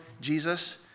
Jesus